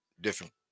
different